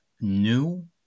new